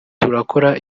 turakora